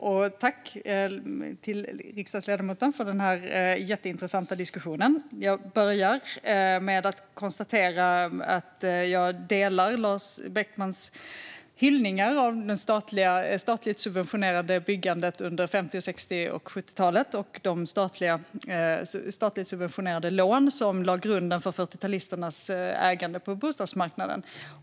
Fru talman! Tack, riksdagsledamoten, för den här jätteintressanta diskussionen! Jag håller med Lars Beckman i hyllningarna av det statligt subventionerade byggandet under 50, 60 och 70-talen och de statligt subventionerade lån som lade grunden för 40-talisternas ägande på bostadsmarknaden.